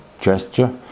gesture